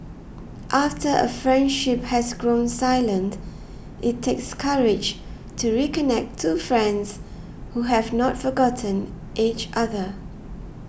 after a friendship has grown silent it takes courage to reconnect two friends who have not forgotten each other